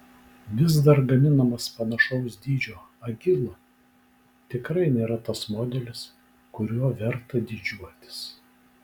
vis dar gaminamas panašaus dydžio agila tikrai nėra tas modelis kuriuo verta didžiuotis